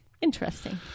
Interesting